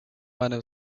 мене